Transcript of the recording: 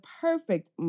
perfect